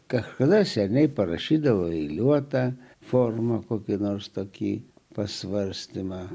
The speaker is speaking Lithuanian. kažkada seniai parašydavau eiliuotą formą kokia nors tokį pasvarstymą